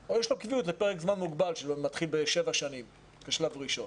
או יש להם קביעות לפרק זמן שמתחיל בשבע שנים כשלב ראשון.